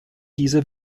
diese